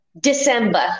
December